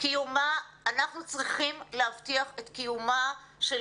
כאומה אנחנו צריכים להבטיח את קיומה של